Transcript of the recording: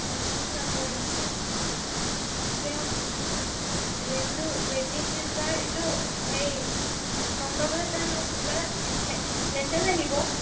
নম্বৰত আছে এতিয়া এইটো ৱেটিং লিষ্টৰ এইটো মোৰ মোবাইলত মেছেজ আহিব